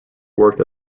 worked